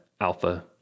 Alpha